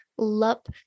Lup